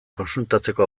kontsultatzeko